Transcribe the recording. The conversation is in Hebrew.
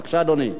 בבקשה, אדוני.